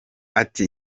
ati